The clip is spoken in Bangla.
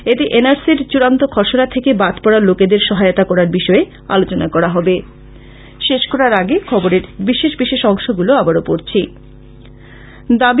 এতে এন আর সির চূড়ান্ত খসড়া থেকে বাদ পড়া লোকেদের সহায়তা করার বিষয়ে আলোচনা করা হবে